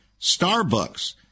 Starbucks